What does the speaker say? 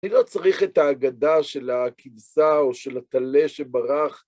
אני לא צריך את האגדה של הכבשה או של הטלה שברח.